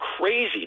crazy